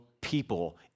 people